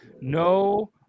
no